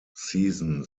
season